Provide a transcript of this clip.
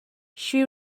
she